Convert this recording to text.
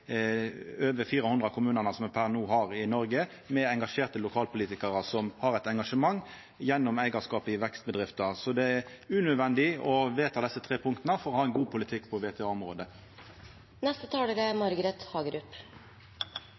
over 400 kommunane som me no har i Noreg, med engasjerte lokalpolitikarar som har eit engasjement gjennom eigarskap i vekstbedrifter. Så det er unødvendig å vedta desse tre punkta for å ha ein god politikk på